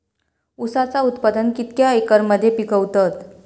ऊसाचा उत्पादन कितक्या एकर मध्ये पिकवतत?